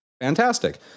fantastic